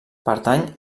pertany